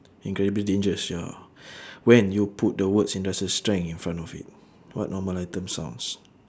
incredibly dangerous ya when you put the words industrial strength in front of it what normal item sounds